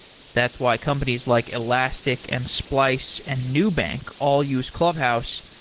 that's why companies like elastic, and splice, and nubank all use clubhouse.